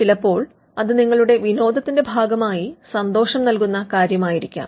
ചിലപ്പോൾ അത് നിങ്ങളുടെ വിനോദത്തിന്റെ ഭാഗമായി സന്തോഷം നൽകുന്ന കാര്യമായിരിക്കാം